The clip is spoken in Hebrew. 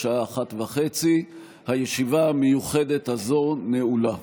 בשעה 13:30. הישיבה המיוחדת הזאת נעולה.